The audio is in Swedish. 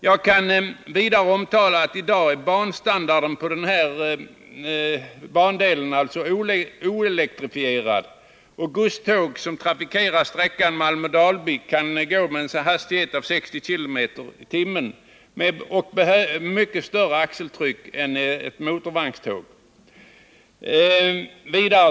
Jag kan vidare omtala att denna bandel i dag är oelektrifierad, men godståg som trafikerar sträckan Malmö-Dalby kan köra med en hastighet av 60 km/tim och med betydligt högre axeltryck än ett motorvagnståg.